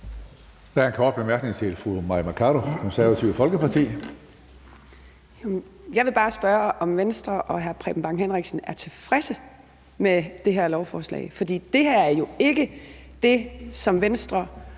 Jeg vil bare spørge, om Venstre og hr. Preben Bang Henriksen er tilfredse med det her lovforslag. For det her er jo ikke det, som Venstre